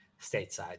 stateside